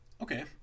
Okay